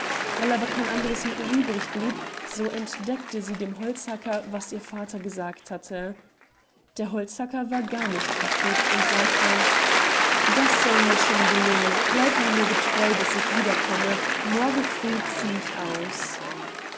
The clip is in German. weil aber kein anderes mittel übrig blieb so entdeckte sie dem holzhacker was ihr vater gesagt hatte der holzhacker war gar nicht betrübt und sagte das soll mir schon gelingen bleib mir nur getreu bis ich wiederkomme morgen früh zieh ich aus